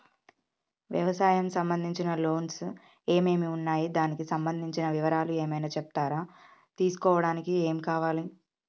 వ్యవసాయం సంబంధించిన లోన్స్ ఏమేమి ఉన్నాయి దానికి సంబంధించిన వివరాలు ఏమైనా చెప్తారా తీసుకోవడానికి ఏమేం కావాలి?